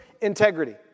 integrity